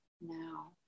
now